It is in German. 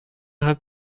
hat